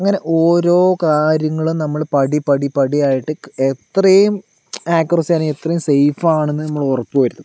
അങ്ങന ഓരോ കാര്യങ്ങളും നമ്മളൾ പടി പടി പടിയായിട്ട് എത്രയും ആക്കുറസിയാണ് എത്രയും സെയ്ഫാണെന്ന് നമ്മള് ഉറപ്പ് വരുത്തും